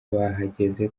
bahageze